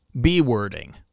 B-wording